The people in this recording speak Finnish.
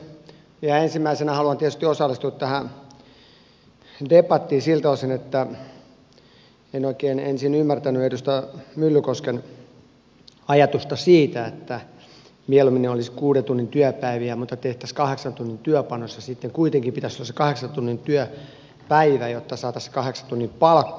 ihan ensimmäisenä haluan tietysti osallistua tähän debattiin siltä osin että en oikein ensin ymmärtänyt edustaja myllykosken ajatusta siitä että mieluummin olisi kuuden tunnin työpäiviä mutta tehtäisiin kahdeksan tunnin työpanos ja sitten kuitenkin pitäisi olla se kahdeksan tunnin työpäivä jotta saataisiin se kahdeksan tunnin palkka